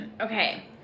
Okay